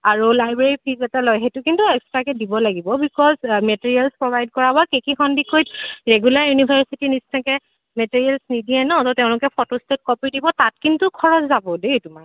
আৰু library fees এটা লয় সেইটো কিন্তু এক্সট্ৰাকৈ দিব লাগিব বিক'জ মেটেৰিয়েল প্ৰভাইড কৰা বা কে কে সন্দিকৈত ৰেগুলাৰ ইউনিভাৰ্চিটিৰ নিচিনাকৈ মেটেৰিয়েল্চ নিদিয়ে ন ত' তেওঁলোকে ফটো ষ্টেট কপি দিব তাত কিন্তু খৰচ যাব দেই তোমাৰ